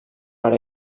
per